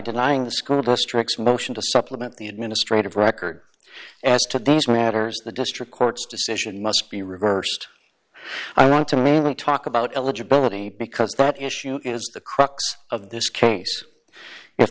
denying the school districts motion to supplement the administrative record as to these matters the district court's decision must be reversed i want to mainly talk about eligibility because that issue is the crux of this case